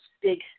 big